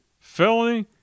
Felony